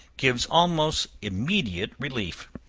gives almost immediate relief.